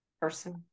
person